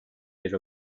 yer